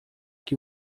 que